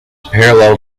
parallel